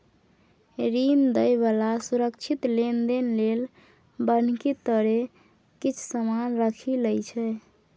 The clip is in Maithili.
ऋण दइ बला सुरक्षित लेनदेन लेल बन्हकी तरे किछ समान राखि लइ छै